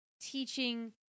teaching